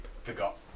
Forgot